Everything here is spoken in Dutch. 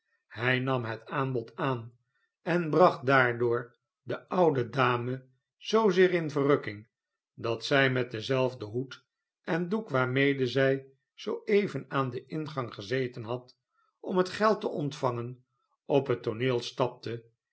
hy nam het aanbod aan en bracht daardoor de oude dame zoozeer in verrukking dat zij met denzelfden hoed en doek waarmede zij zoo even aan den ingang gezeten had om het geld te ontvangen op het tooneel stapte